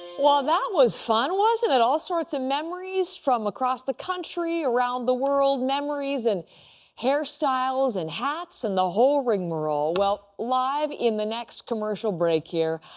well that was fun, wasn't it? all sorts of memories from across the country, around the world. memories and hairstyles and hats and the whole rigmarole. well, live in the next commercial break here,